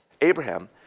Abraham